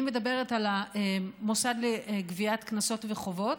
אני מדברת על המוסד לגביית קנסות וחובות,